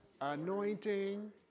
Anointing